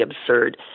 absurd